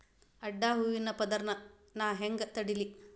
ಅಡ್ಡ ಹೂವಿನ ಪದರ್ ನಾ ಹೆಂಗ್ ತಡಿಲಿ?